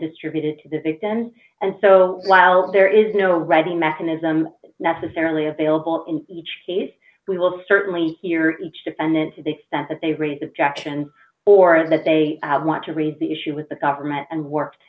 distributed to the victims and so while there is no ready mechanism necessarily available in each case we will certainly hear each defendant to the extent that they raise objections or that they want to raise the issue with the government and work